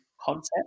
concept